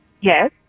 Yes